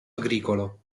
agricolo